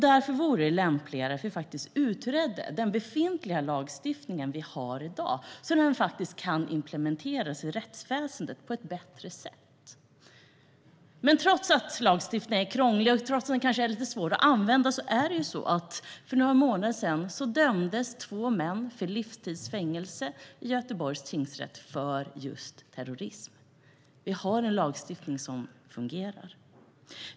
Därför vore det lämpligare att utreda den befintliga lagstiftningen så att den kan implementeras i rättsväsendet på ett bättre sätt. Trots att lagstiftningen är krånglig och kanske lite svår att använda dömdes för några månader sedan två män till livstids fängelse vid Göteborgs tingsrätt för just terrorism. Vi har alltså en lagstiftning som fungerar.